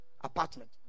apartment